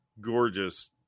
gorgeous